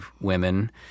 women